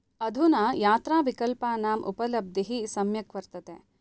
अधुना यात्राविकल्पानां उपलब्धिः सम्यक् वर्तते